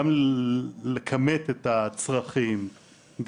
גם לכמת את הצרכים,